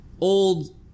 old